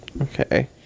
Okay